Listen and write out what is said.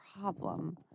problem